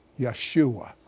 Yeshua